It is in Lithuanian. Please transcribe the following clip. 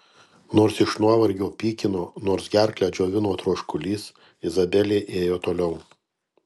nors iš nuovargio pykino nors gerklę džiovino troškulys izabelė ėjo toliau